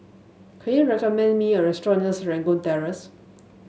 can you recommend me a restaurant near Serangoon Terrace